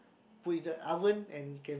put in the oven and can